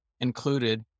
included